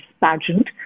Pageant